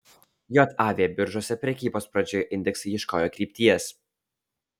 jav biržose prekybos pradžioje indeksai ieškojo krypties